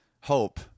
hope